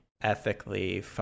ethically